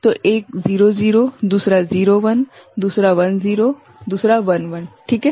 तो एक 00 दूसरा 01 दूसरा 10 दूसरा 11 - ठीक है